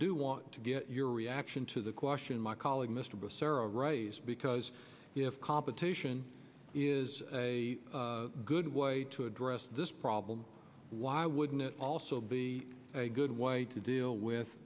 do want to get your reaction to the question my colleague mr basara right because we have competition is a good way to address this problem why wouldn't it also be a good way to deal with